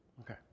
Okay